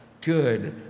good